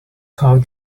how